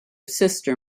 sister